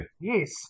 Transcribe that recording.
Yes